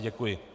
Děkuji.